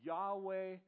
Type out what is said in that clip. Yahweh